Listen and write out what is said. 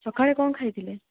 ସକାଳେ କ'ଣ ଖାଇଥିଲେ